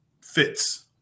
fits